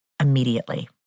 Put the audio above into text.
immediately